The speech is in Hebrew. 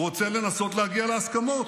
הוא רוצה לנסות להגיע להסכמות.